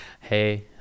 Hey